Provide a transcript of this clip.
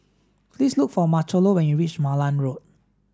please look for Marchello when you reach Malan Road